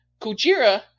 Kujira